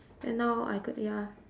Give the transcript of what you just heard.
and now I c~ ya